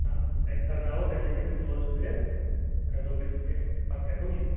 آ تَتہِ سَپداوو تَتہِ لگہِ أمِس دۄہ زٕ ترے زٕ ترے دۄہ گٔژھتھ پَتہٕ ہٮ۪کو یِتھ